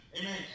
amen